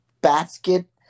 basket